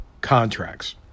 contracts